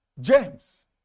James